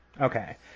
okay